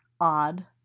odd